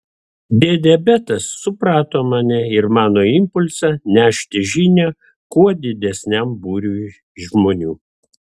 dėdė betas suprato mane ir mano impulsą nešti žinią kuo didesniam būriui žmonių